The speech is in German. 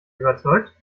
überzeugt